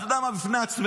אתה יודע מה, בפני עצמך.